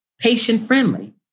patient-friendly